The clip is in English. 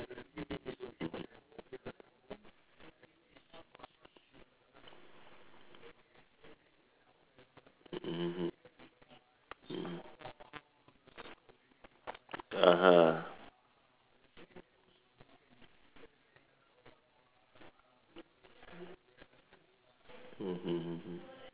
mmhmm mmhmm mm (uh huh) mmhmm